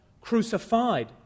crucified